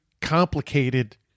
complicated